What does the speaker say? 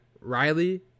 Riley